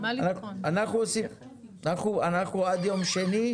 אנחנו עד יום שני,